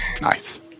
nice